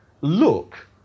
Look